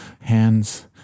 hands